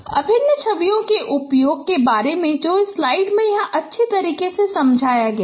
अभिन्न छवियों के उपयोग के बारे में जो इस स्लाइड में यहाँ भी अच्छी तरह से समझाया गया है